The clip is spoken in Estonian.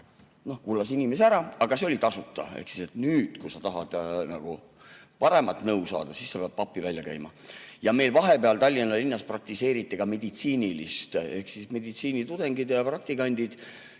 kuulas inimese ära, aga see oli tasuta. Nüüd, kui sa tahad paremat nõu saada, siis sa pead pappi välja käima. Meil vahepeal Tallinna linnas praktiseeriti ka meditsiinilist [teenust] ehk meditsiinitudengid ja praktikandid